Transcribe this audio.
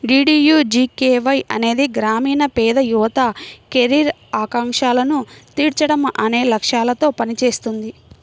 DDUGKY అనేది గ్రామీణ పేద యువత కెరీర్ ఆకాంక్షలను తీర్చడం అనే లక్ష్యాలతో పనిచేస్తుంది